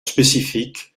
spécifique